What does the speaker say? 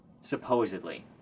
Supposedly